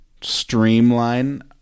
streamline